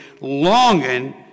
longing